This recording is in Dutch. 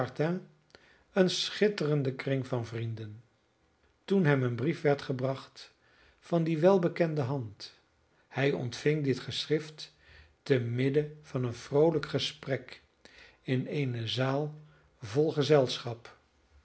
een schitterenden kring van vrienden toen hem een brief werd gebracht van die welbekende hand hij ontving dit geschrift te midden van een vroolijk gesprek in eene zaal vol gezelschap